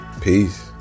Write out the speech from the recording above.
Peace